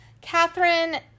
Catherine